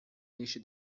lista